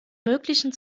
möglichen